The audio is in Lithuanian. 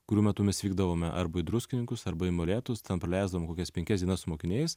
kurių metu mes vykdavome arba į druskininkus arba į molėtus ten praleisdom kokias penkias dienas su mokiniais